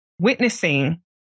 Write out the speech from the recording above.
witnessing